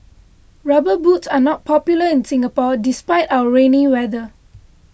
rubber boots are not popular in Singapore despite our rainy weather